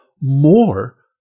more